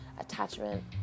attachment